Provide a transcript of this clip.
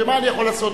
מה אני יכול לעשות,